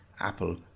apple